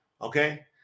okay